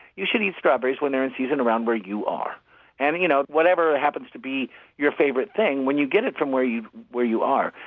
you should eat strawberries when they're in season around where you are and you know whatever happens to be your favorite thing when you get it from where you where you are,